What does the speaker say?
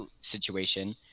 situation